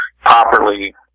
properly